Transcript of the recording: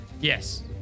Yes